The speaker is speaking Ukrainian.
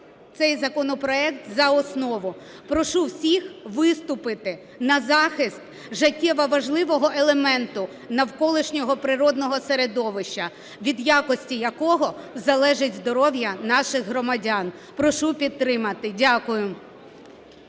цей законопроект за основу. Прошу всіх виступити на захист життєво важливого елементу навколишнього природного середовища від якості якого залежить здоров'я наших громадян. Прошу підтримати. Дякую.